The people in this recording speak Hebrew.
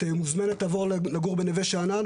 את מוזמנת לבוא לגור בנווה שאנן,